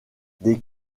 des